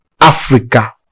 Africa